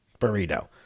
burrito